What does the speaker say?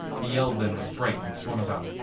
he yelled then with fright and swung about.